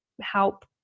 help